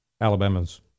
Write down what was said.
Alabama's